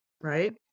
right